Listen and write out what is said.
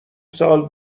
سال